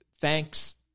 thanks